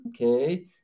okay